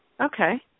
Okay